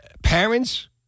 Parents